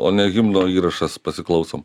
o ne himno įrašas pasiklausom